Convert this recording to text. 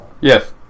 Yes